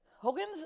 Hogan's